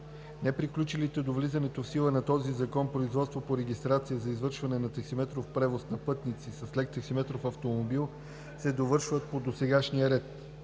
Неприключилите до влизането в сила на този закон производства по регистрация за извършване на таксиметров превоз на пътници с лек таксиметров автомобил се довършват по досегашния ред.